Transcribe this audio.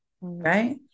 right